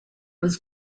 was